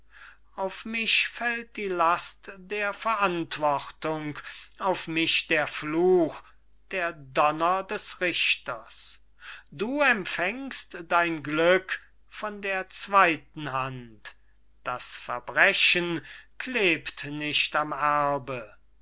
auf mich fällt die last der verantwortung auf mich der fluch der donner des richters du empfängst dein glück von der zweiten hand das verbrechen klebt nicht am erbe